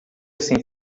sem